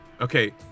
Okay